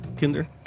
Kinder